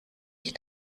ich